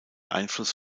einfluss